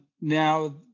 now